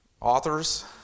authors